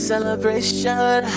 Celebration